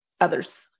others